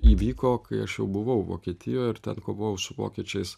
įvyko kai aš jau buvau vokietijoj ir ten kovojau su vokiečiais